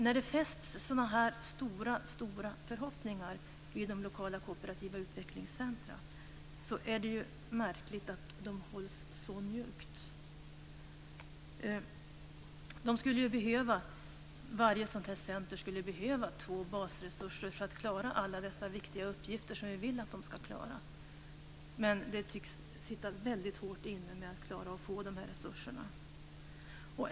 När det fästs så väldigt stora förhoppningar vid lokala kooperativa utvecklingscentrum är det märkligt att dessa hålls så njuggt. Varje sådant här centrum skulle behöva två basresurser för att klara alla de viktiga uppgifter som vi vill att de ska klara. Det tycks dock sitta väldigt hårt åt när det gäller att klara av att få de här resurserna.